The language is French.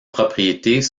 propriétés